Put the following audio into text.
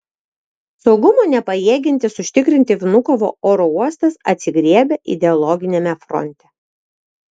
saugumo nepajėgiantis užtikrinti vnukovo oro uostas atsigriebia ideologiniame fronte